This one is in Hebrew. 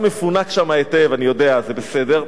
נחמן, אתה מפונק שם היטב, אני יודע, זה בסדר.